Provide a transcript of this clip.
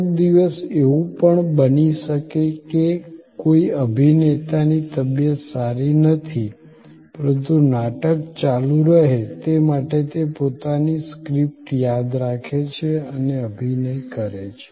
કોઈક દિવસ એવું પણ બની શકે કે કોઈ અભિનેતા ની તબિયત સારી નથી પરંતુ નાટક ચાલુ રહે તે માટે તે પોતાની ની સ્ક્રીપ્ટ યાદ રાખે છે અને અભિનય કરે છે